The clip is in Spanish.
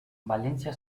valencia